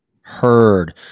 heard